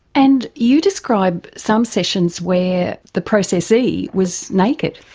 and you describe some sessions where the processee was naked.